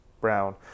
Brown